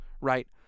right